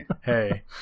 Hey